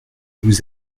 vous